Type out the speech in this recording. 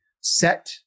set